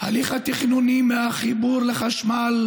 התכנוני מהחיבור לחשמל,